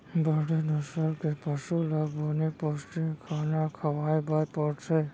बड़े नसल के पसु ल बने पोस्टिक खाना खवाए बर परथे